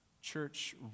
church